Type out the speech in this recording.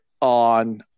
on